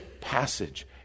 passage